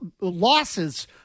losses